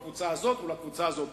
לקבוצה הזאת או לקבוצה הזאת.